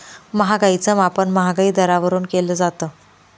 महागाईच मापन महागाई दरावरून केलं जातं